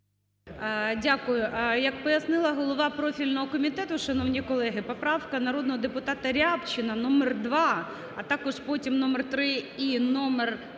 Дякую. Як пояснила голова профільного комітету, шановні колеги, поправка народного депутата Рябчина номер 2, а також потім номер 3 і номер 5,